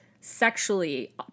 sexually